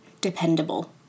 dependable